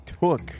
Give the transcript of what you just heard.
took